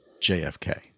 JFK